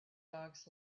dogs